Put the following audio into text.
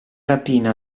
rapina